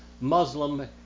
Muslim